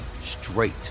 straight